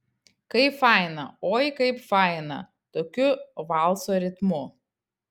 kaip faina oi kaip faina tokiu valso ritmu